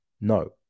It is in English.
No